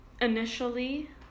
initially